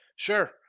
Sure